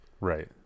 right